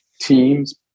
teams